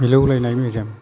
मिलौलायनाय मेजेम